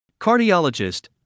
Cardiologist